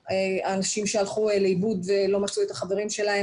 האנשים שהלכו לאיבוד ולא מצאו את החברים ש להם,